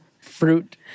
fruit